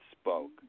spoke